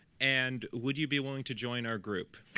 and would you be willing to join our group?